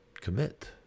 commit